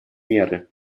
меры